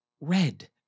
red